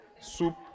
soup